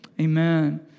Amen